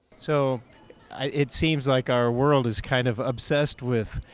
so it seems like our world is kind of obsessed with,